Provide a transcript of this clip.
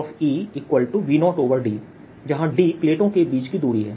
V0d जहाँ d प्लेटों के बीच की दूरी है